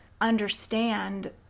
understand